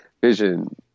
Vision